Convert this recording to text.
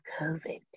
COVID